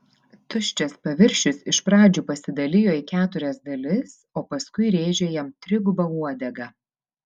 tuščias paviršius iš pradžių pasidalijo į keturias dalis o paskui rėžė jam triguba uodega